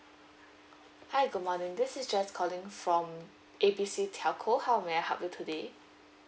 hi good morning this is jess calling from A B C telco how may I help you today